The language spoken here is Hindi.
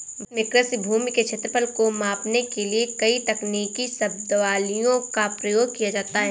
भारत में कृषि भूमि के क्षेत्रफल को मापने के लिए कई तकनीकी शब्दावलियों का प्रयोग किया जाता है